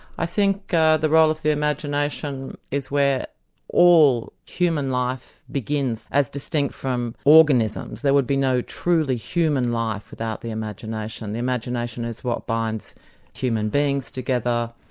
i think the role of the imagination is where all human life begins, as distinct from organisms. there would be no truly human life without the imagination. the imagination is what binds human beings together.